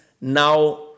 now